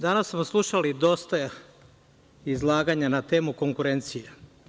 Danas smo slušali dosta izlaganja na temu konkurencije.